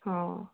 हा